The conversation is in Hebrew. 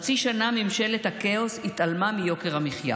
אבל מאז שהוקמה ממשלת ההפיכה המשטרתית יוקר המחיה